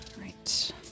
Right